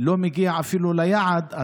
לא מגיע אפילו ליעד.